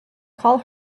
call